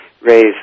raise